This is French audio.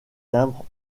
timbres